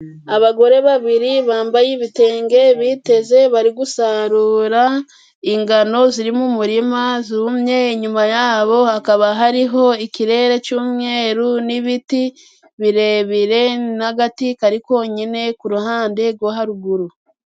Abagore babiri bambaye ibitenge, biteze, bari gusarura ingano ziri mu murima zumye, inyuma yabo hakaba hariho ikirere cy'umweru n'ibiti birebire n'agati kari konyine ku ruhande rwo haruguru.